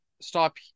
stop